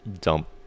dump